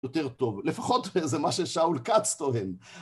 יותר טוב. לפחות זה מה ששאול כץ טוען.